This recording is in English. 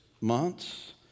months